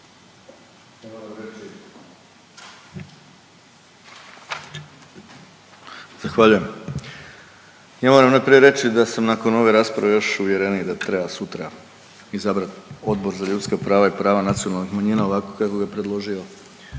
Hvala vam puno.